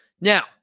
now